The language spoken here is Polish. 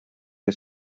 nie